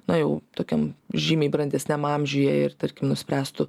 na jau tokiam žymiai brandesniam amžiuje ir tarkim nuspręstų